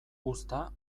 uzta